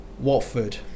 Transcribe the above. Watford